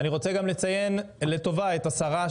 אני רוצה גם לציין לטובה את השרה,